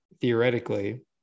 theoretically